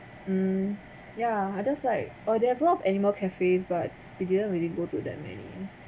mm yeah others like err they have a lot of animal cafes but we didn't really go to that many